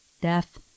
death